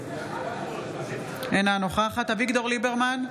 אינה נוכחת אביגדור ליברמן,